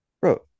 Bro